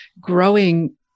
growing